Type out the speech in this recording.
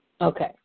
Okay